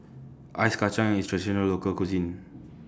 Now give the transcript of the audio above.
Ice Kachang IS Traditional Local Cuisine